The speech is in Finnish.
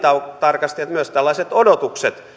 tarkasti että myös tällaiset odotukset